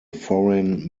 foreign